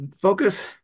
focus